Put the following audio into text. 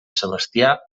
sebastià